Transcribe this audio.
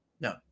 No